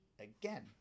again